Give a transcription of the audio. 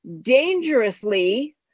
dangerously